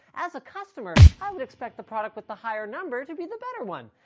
as a customer, i would expect the product with the higher number to be the better one!